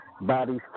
Bodies